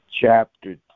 Chapter